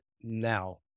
now